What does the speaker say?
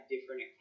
different